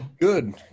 Good